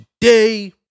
today